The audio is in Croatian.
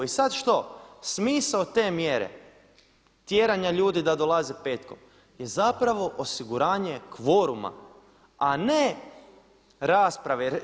I sada što, smisao te mjere tjeranja ljudi da dolaze petkom je zapravo osiguranje kvoruma a ne rasprave.